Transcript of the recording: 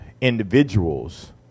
individuals